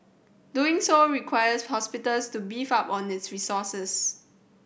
doing so requires hospitals to beef up on its resources